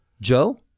Joe